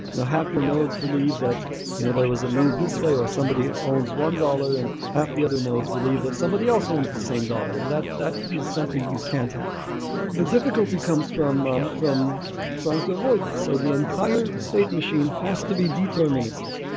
now half your nodes believe that you know there was a move this way, or somebody owns one dollars and half the other nodes believe that somebody also owns the same dollar. and that that is something you can't have the difficulty comes from um from trying to avoid this. so the entire state machine has to be deterministic.